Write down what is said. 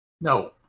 no